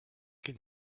can